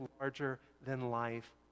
larger-than-life